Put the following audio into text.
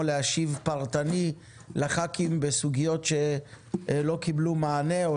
להשיב בצורה פרטנית לחברי הכנסת בסוגיות שלא קיבלו מענה או